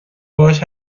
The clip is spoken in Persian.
باهاش